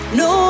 no